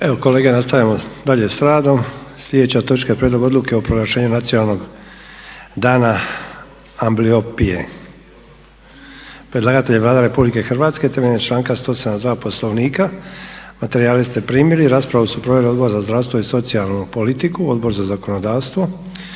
Evo kolega nastavljamo dalje sa radom. Sljedeća točka je: - Prijedlog odluke o proglašenju „Nacionalnog dana Ambliopije“. Predlagatelj je Vlada Republike Hrvatske. Temeljem članka 172. Poslovnika. Materijale ste primili. Raspravu su proveli Odbor za zdravstvo i socijalnu politiku, Odbor za zakonodavstvo.